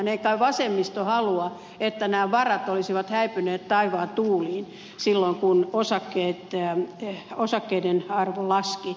ei kai vasemmisto halua että nämä varat olisivat häipyneet taivaan tuuliin silloin kun osakkeiden arvo laski